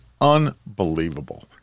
unbelievable